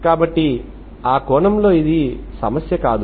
కాబట్టి ఆ కోణంలో ఇది సమస్య కాదు